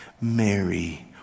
Mary